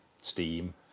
steam